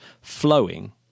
flowing